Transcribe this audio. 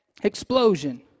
explosion